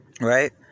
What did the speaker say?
Right